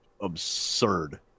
absurd